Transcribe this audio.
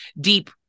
deep